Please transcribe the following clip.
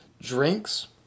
drinks